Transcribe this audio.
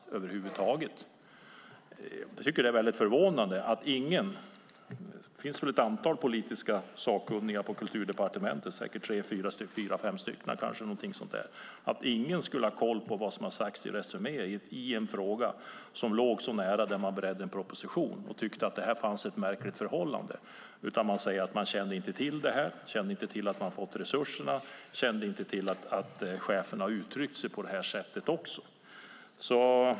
Det finns väl ett antal politiskt sakkunniga på Kulturdepartementet, säkert tre fyra stycken. Jag tycker att det är förvånande att ingen av dem skulle ha haft koll på vad som har stått i Resumé och tyckt att det var ett märkligt förhållande i en fråga som låg nära arbetet med en proposition. Man säger att man inte kände till detta, man kände inte till att man hade fått de här resurserna och man kände inte till att cheferna hade uttryckt sig på detta sätt.